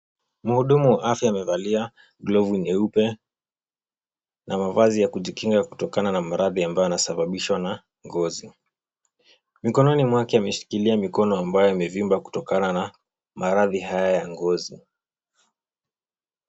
Mhudumu wa afya amevalia glovu nyeupe na mavazi ya kujikinga kutokna na maradhi ambayo yanasababishwa na ngozi. Mikononi mwake ameshikilia mikono ambayo imevimba kutokana na maradhi haya ya ngozi.